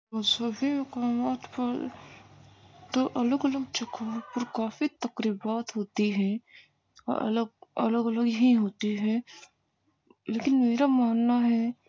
مذہبی مقامات پر تو الگ الگ جگہوں پر کافی تقریبات ہوتی ہیں الگ الگ ہی ہوتی ہیں لیکن میرا ماننا ہے